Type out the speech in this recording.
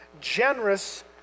generous